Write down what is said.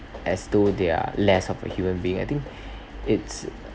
as though they are less of a human being I think it's